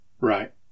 Right